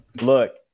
Look